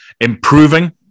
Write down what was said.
improving